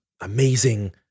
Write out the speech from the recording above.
amazing